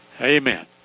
amen